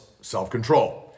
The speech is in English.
self-control